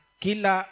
kila